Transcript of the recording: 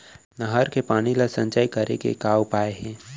नहर के पानी ला संचय करे के का उपाय हे?